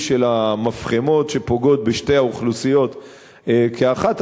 של המפחמות שפוגעות בשתי האוכלוסיות כאחת.